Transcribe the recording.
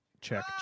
check